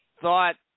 thought